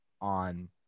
on